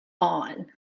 on